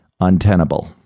untenable